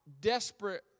desperate